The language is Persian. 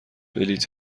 بلیط